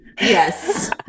Yes